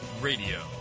Radio